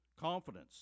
confidence